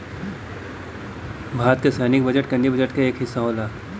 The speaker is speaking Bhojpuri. भारत क सैनिक बजट केन्द्रीय बजट क एक हिस्सा होला